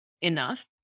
enough